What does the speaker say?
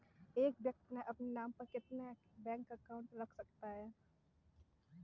एक व्यक्ति अपने नाम पर कितने बैंक अकाउंट रख सकता है?